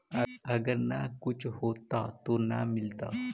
अगर न कुछ होता तो न मिलता?